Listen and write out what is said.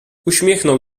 uśmiechnął